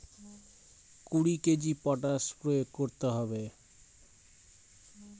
এক বিঘে জমিতে কতটা পটাশ প্রয়োগ করতে হবে?